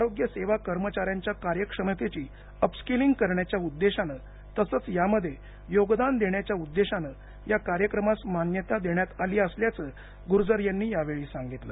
आरोग्य सेवा कर्मचार्यां च्या कार्यक्षमतेची अप स्किलिंग करण्याच्या उद्देशाने तसेच यामध्ये योगदान देण्याच्या उद्देशाने या कार्यक्रमास मान्यता देण्यात आली असल्याचं गूर्जर यांनी यावेळी सांगितलं